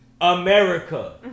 America